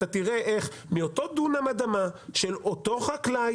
אתה תראה איך מאותו דונם אדמה של אותו חקלאי,